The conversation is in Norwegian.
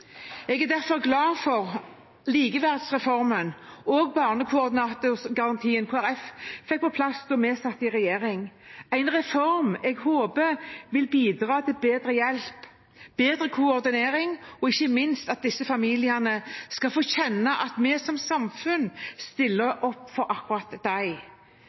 Jeg er derfor glad for likeverdsreformen og barnekoordinatorgarantien Kristelig Folkeparti fikk på plass da vi satt i regjering – en reform jeg håper vil bidra til bedre hjelp, bedre koordinering og ikke minst at disse familiene skal få kjenne at vi som samfunn stiller opp for akkurat dem.